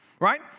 Right